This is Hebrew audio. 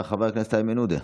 חבר הכנסת איימן עודה.